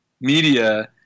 media